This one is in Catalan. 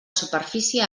superfície